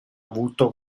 avuto